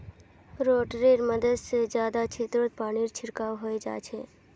रोटेटरैर मदद से जादा क्षेत्रत पानीर छिड़काव हैंय जाच्छे